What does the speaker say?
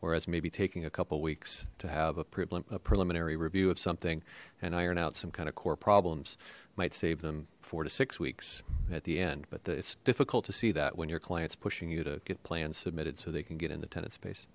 whereas maybe taking a couple weeks to have a preliminary review of something and iron out some kind of core problems might save them four to six weeks at the end but it's difficult to see that when your clients pushing you to get plans submitted so they can get in the tenant space